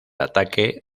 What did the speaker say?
ataque